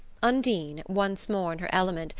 undine, once more in her element,